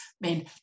men